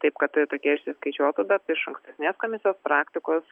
taip kad tokie išsiskaičiuotų bet iš ankstesnės komisijos praktikos